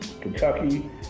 Kentucky